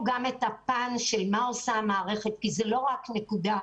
גם את הפן של מה שעושה המערכת כי זאת לא רק ועדה,